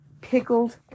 pickled